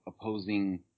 opposing